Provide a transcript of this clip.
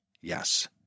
Yes